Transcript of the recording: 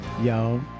Yo